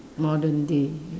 modern day